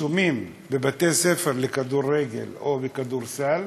שרשומים בבתי-ספר לכדורגל או לכדורסל,